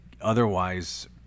otherwise